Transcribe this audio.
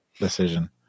decision